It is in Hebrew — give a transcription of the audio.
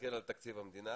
ומסתכל על תקציב המדינה